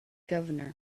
governor